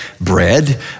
bread